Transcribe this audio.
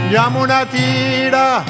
Yamunatira